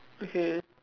okay